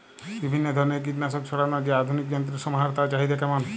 বিভিন্ন ধরনের কীটনাশক ছড়ানোর যে আধুনিক যন্ত্রের সমাহার তার চাহিদা কেমন?